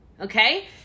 okay